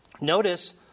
notice